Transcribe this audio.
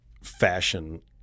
fashion